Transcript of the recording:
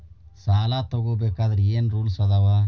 ಸಾಲ ತಗೋ ಬೇಕಾದ್ರೆ ಏನ್ ರೂಲ್ಸ್ ಅದಾವ?